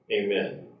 amen